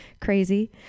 Crazy